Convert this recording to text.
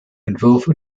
entwürfe